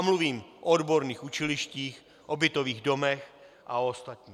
A mluvím o odborných učilištích, o bytových domech a ostatním.